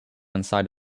inside